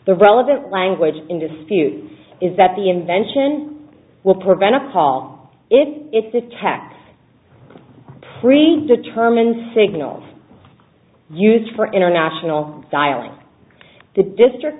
the relevant language in disputes is that the invention will prevent a call if it's attacked pre determined signals used for international dialing the district